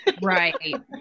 Right